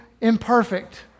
imperfect